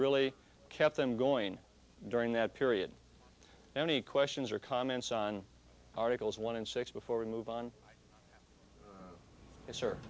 really kept them going during that period any questions or comments on articles one and six before we move on it's